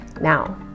now